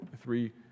three